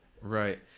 Right